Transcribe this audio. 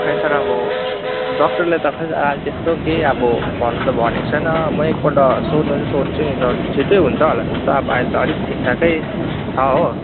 खै सर अब डक्टरले त खै अहिले त्यस्तो केही अब भन्नु त भनेको छैन म एकपल्ट सोध्नु चाहिँ सोध्छु नि सर छिट्टै हुन्छ होला त्यस्तो अब अहिले त अलिक ठिकठाकै छ हो